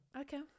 Okay